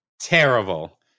terrible